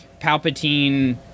Palpatine